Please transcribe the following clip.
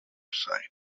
side